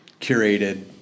curated